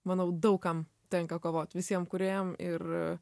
manau daug kam tenka kovot visiem kūrėjam ir